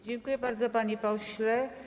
Dziękuję bardzo, panie pośle.